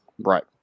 Right